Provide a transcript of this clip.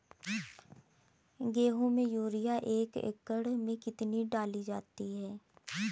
गेहूँ में यूरिया एक एकड़ में कितनी डाली जाती है?